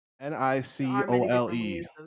N-I-C-O-L-E